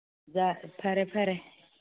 ꯐꯔꯦ ꯐꯔꯦ